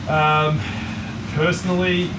Personally